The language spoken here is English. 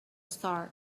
start